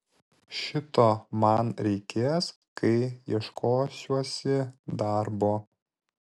šito man reikės kai ieškosiuosi darbo